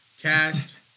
Cast